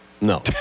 No